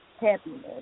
happiness